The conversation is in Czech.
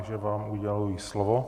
Takže vám uděluji slovo.